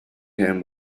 him